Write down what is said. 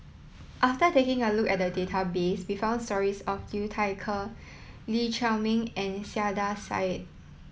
after taking a look at the database we found stories about Liu Thai Ker Lee Chiaw Meng and Saiedah Said